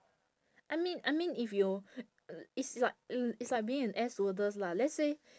I mean I mean if you it's like l~ it's like being an air stewardess lah let's say